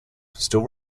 still